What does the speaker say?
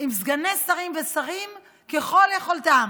עם סגני שרים ושרים ככל יכולתם.